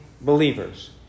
believers